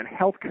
healthcare